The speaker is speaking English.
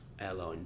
airline